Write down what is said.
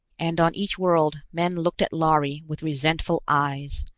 and on each world men looked at lhari with resentful eyes,